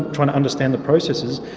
trying to understand the processes,